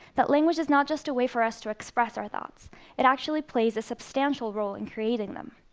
that language is not just a way for us to express our thoughts it actually plays a substantial role in creating them.